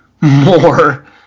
more